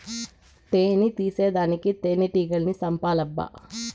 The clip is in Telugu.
తేని తీసేదానికి తేనెటీగల్ని సంపాలబ్బా